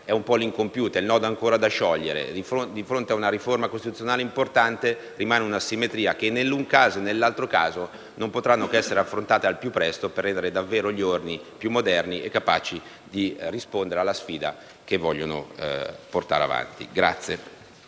è un po' l'incompiuta, il nodo ancora da sciogliere: di fronte ad una riforma costituzionale importante, rimane un'asimmetria che, nell'uno e nell'altro caso, non potrà che essere affrontata al più presto, per rendere davvero gli Ordini più moderni e capaci di rispondere alla sfida che vogliono portare avanti.